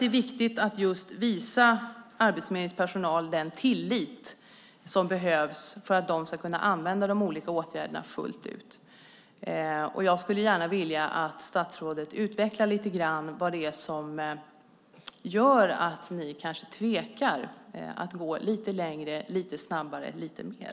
Det är viktigt att visa Arbetsförmedlingens personal den tillit som behövs för att de fullt ut ska kunna vidta de olika åtgärderna. Jag skulle därför gärna vilja att statsrådet lite grann utvecklade vad det är som gör att regeringen kanske tvekar att gå lite längre, lite snabbare och göra lite mer.